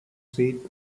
seed